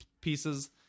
pieces